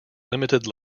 limited